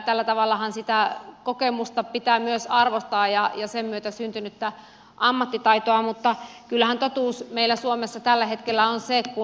tällä tavallahan pitää myös arvostaa kokemusta ja sen myötä syntynyttä ammattitaitoa mutta kyllähän totuus meillä suomessa tällä hetkellä on se että kun